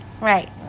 right